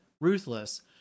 ruthless